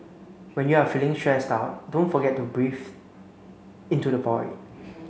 when you are feeling stressed out don't forget to breathe into the void